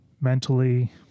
mentally